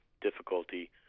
difficulty